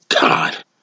God